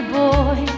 boy